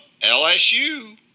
LSU